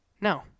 No